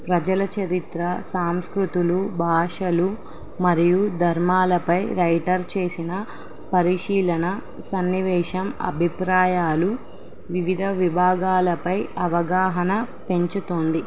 ప్రజల చరిత్ర సాంస్కృతులు భాషలు మరియు ధర్మాలపై రైటర్ చేసిన పరిశీలన సన్నివేశం అభిప్రాయాలు వివిధ విభాగాలపై అవగాహన పెంచుతోంది